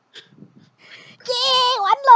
!yay! 完了：wan le